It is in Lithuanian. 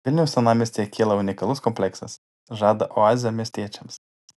vilniaus senamiestyje kyla unikalus kompleksas žada oazę miestiečiams